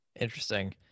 Interesting